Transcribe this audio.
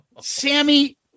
Sammy